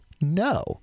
No